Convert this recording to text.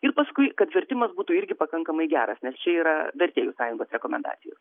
ir paskui kad vertimas būtų irgi pakankamai geras nes čia yra vertėjų sąjungos rekomendacijos